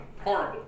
horrible